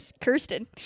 Kirsten